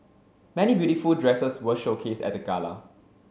many beautiful dresses were showcased at the gala